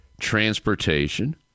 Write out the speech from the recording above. transportation